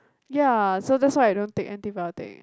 ya so that's why I don't take antibiotic